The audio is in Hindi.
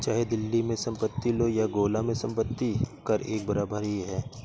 चाहे दिल्ली में संपत्ति लो या गोला में संपत्ति कर एक बराबर ही है